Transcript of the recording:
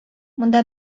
монда